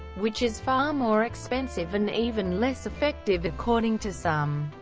which is far more expensive and even less effective according to some.